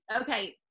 Okay